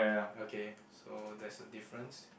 okay so that's the difference